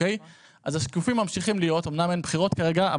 אמנם אין בחירות כרגע,